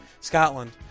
Scotland